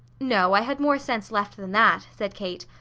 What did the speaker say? no. i had more sense left than that, said kate.